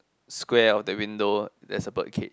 square of that window there's a birdcage